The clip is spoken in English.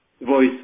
voice